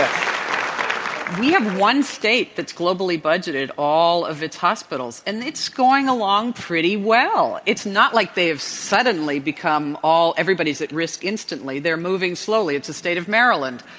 um we have one state that's globally budgeted all of its hospitals. and it's going along pretty well. it's not like they have suddenly become all everybody's at risk instantly. they're moving slowly. it's the state of maryland.